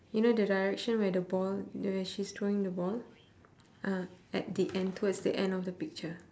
you know the direction where the ball the she's throwing the ball ah at the end towards the end of the picture